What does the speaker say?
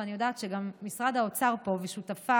ואני יודעת שגם משרד האוצר פה ושותפיו,